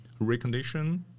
recondition